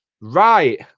Right